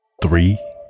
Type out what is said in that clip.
Three